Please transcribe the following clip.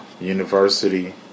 University